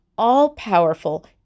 all-powerful